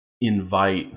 invite